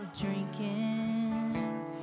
drinking